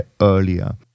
earlier